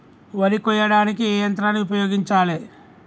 వరి కొయ్యడానికి ఏ యంత్రాన్ని ఉపయోగించాలే?